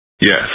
Yes